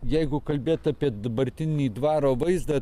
jeigu kalbėt apie dabartinį dvaro vaizdą